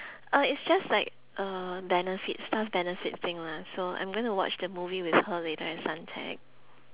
uh it's just like uh benefits staff benefit thing lah so I'm going to watch the movie with her later at suntec